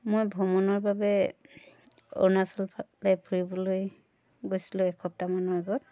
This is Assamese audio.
মই ভমণৰ বাবে অৰুণাচল ফালে ফুৰিবলৈ গৈছিলো এসপ্তাহ মান আগত